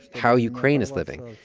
how ukraine is living.